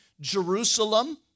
Jerusalem